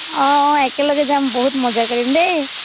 অঁ অঁ একেলগে যাম বহুত মজা কৰিম দেই